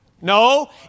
No